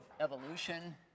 evolution